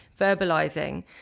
Verbalizing